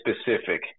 specific